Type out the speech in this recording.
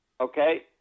Okay